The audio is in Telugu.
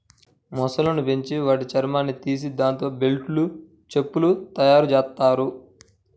మొసళ్ళను పెంచి వాటి చర్మాన్ని తీసి దాంతో బెల్టులు, చెప్పులు తయ్యారుజెత్తారు